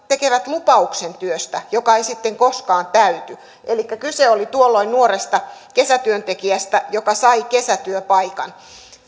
tekevät lupauksen työstä joka ei sitten koskaan täyty kyse oli tuolloin nuoresta kesätyöntekijästä joka sai kesätyöpaikan